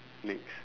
next